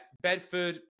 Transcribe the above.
Bedford